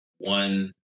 one